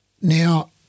Now